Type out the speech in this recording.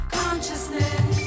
consciousness